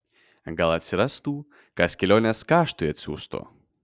gal atsirastų kas kelionės kaštui atsiųstų